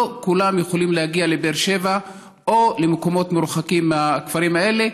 לא כולם יכולים להגיע לבאר שבע או למקומות מרוחקים מהכפרים האלה,